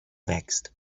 vexed